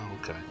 okay